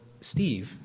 Steve